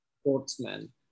sportsmen